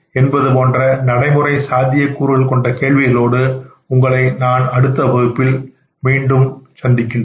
என்பது போன்ற நடைமுறை சாத்திய கூறுகள் கொண்ட கேள்விகளோடு நான் அடுத்த வகுப்பில் உங்களை சந்திப்பேன்